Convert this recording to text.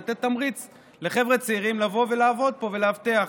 לתת תמריץ לחבר'ה צעירים לבוא ולעבוד פה ולאבטח.